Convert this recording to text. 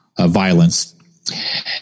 violence